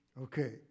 Okay